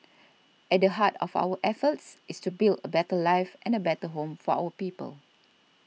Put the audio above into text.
at the heart of our efforts is to build a better life and a better home for our people